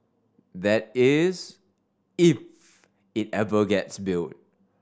that is if it ever gets built